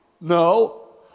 no